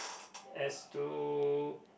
as to